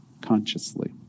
consciously